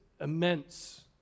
immense